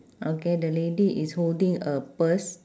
okay the lady is holding a purse